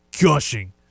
gushing